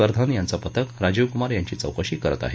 बर्धन यांचं पथक राजीव कुमार यांची चौकशी करत आहे